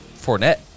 Fournette